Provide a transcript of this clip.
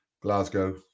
Glasgow